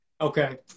Okay